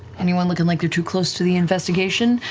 anyone looking like they're too close to the investigation?